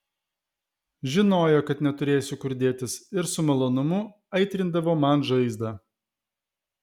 žinojo kad neturėsiu kur dėtis ir su malonumu aitrindavo man žaizdą